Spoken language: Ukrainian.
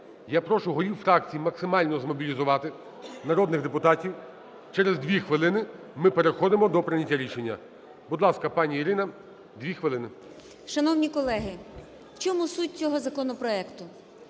Я прошу голів фракцій максимально змобілізувати народних депутатів, через дві хвилини ми переходимо до прийняття рішення. Будь ласка, пані Ірина, 2 хвилини. 16:53:15 ЛУЦЕНКО І.С. Шановні колеги, в чому суть цього законопроекту.